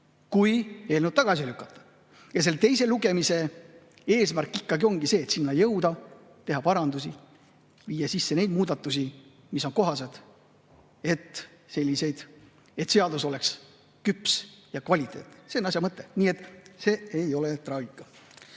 kui eelnõu tagasi ei lükata, ja selle teise lugemise eesmärk ikkagi ongi see, et jõuda selleni, teha parandusi, viia sisse neid muudatusi, mis on kohased, et seadus oleks küps ja kvaliteetne. See on asja mõte. Nii et see ei ole traagika.